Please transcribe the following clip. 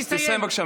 אז תסיים, בבקשה.